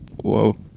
Whoa